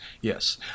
yes